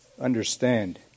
understand